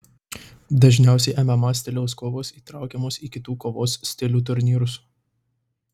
dažniausiai mma stiliaus kovos įtraukiamos į kitų kovos stilių turnyrus